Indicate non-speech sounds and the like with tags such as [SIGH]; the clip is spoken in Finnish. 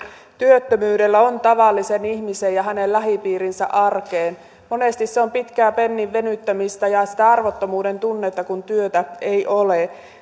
työttömyydellä on tavallisen ihmisen ja hänen lähipiirinsä arkeen monesti se on pitkää pennin venyttämistä ja sitä arvottomuuden tunnetta kun työtä ei ole [UNINTELLIGIBLE]